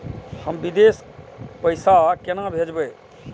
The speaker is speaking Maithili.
हम विदेश पैसा केना भेजबे?